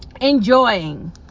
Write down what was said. enjoying